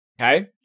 okay